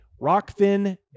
rockfin